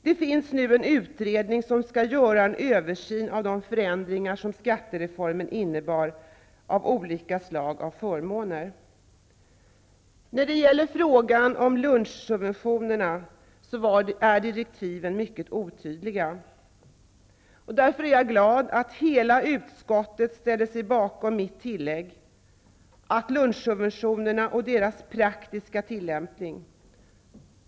Det finns nu en utredning som skall göra en översyn av de förändringar skattereformen innebar för olika slag av förmåner. När det gäller frågan om lunchsubventioner är direktiven mycket otydliga. Därför är jag glad att hela utskottet ställer sig bakom mitt tillägg om lunchsubventionerna och reglernas praktiska tillämpning.